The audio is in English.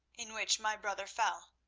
in which my brother fell.